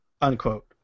unquote